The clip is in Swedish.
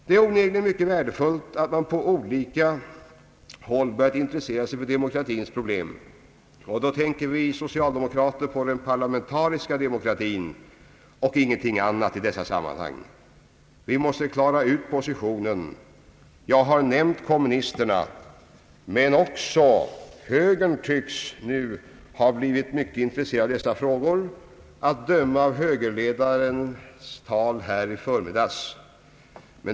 Det är onekligen mycket värdefullt att man på olika håll börjat intressera sig för demokratins problem. Då tänker vi socialdemokrater på den parlamentariska demokratin och ingenting annat i dessa sammanhang. Vi måste klara ut positionen. Jag har nämnt kommunisterna, men också högern tycks i ökad utsträckning ha blivit mycket intresserad av dessa frågor, av högerledarens tal här i förmiddags att döma.